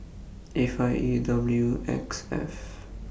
A five E W X F